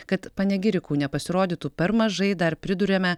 kad panegirikų nepasirodytų per mažai dar priduriame